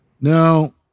Now